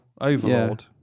overlord